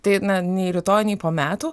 tai na nei rytoj nei po metų